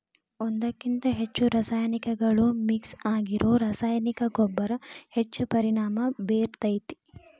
ಒಂದ್ಕಕಿಂತ ಹೆಚ್ಚು ರಾಸಾಯನಿಕಗಳು ಮಿಕ್ಸ್ ಆಗಿರೋ ರಾಸಾಯನಿಕ ಗೊಬ್ಬರ ಹೆಚ್ಚ್ ಪರಿಣಾಮ ಬೇರ್ತೇತಿ